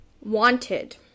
Wanted